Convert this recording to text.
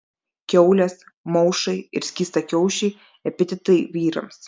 kiaulės maušai ir skystakiaušiai epitetai vyrams